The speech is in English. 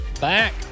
back